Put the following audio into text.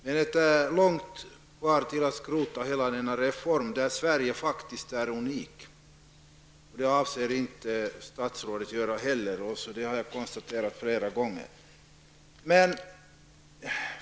Men därifrån till att skrota hela denna reform, som faktiskt är unik för Sverige, är steget långt. Statsrådet avser inte heller att göra någonting sådant, vilket jag flera gånger har kunnat konstatera.